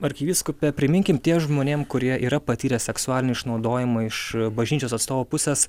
arkivyskupe priminkim tie žmonėm kurie yra patyrę seksualinį išnaudojimą iš bažnyčios atstovų pusės